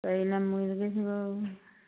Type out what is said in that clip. ꯀꯩ ꯂꯝ ꯑꯣꯏꯔꯒꯦ ꯁꯤꯕꯣ